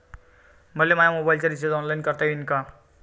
मले माया मोबाईलचा रिचार्ज ऑनलाईन करता येईन का?